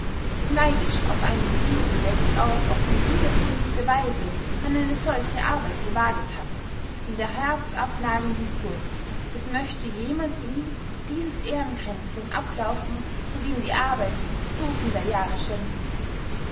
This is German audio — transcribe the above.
neidisch auf einen jeden der sich auch auf die widersinnigste weise an eine solche arbeit gewaget hat in der herzabnagenden furcht es möchte jemand ihm dieses ehrenkränzlein ablaufen und ihm die arbeit so vieler jahre schänden